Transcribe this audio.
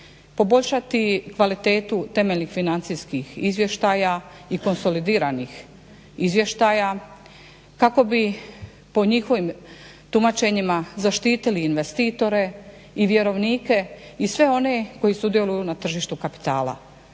poboljšati kvalitetu temeljnih financijskih izvještaja i konsolidiranih izvještaja kako bi po njihovim tumačenjima zaštitili investitore i vjerovnike i sve one koji sudjeluju na tržištu kapitala.